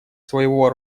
своего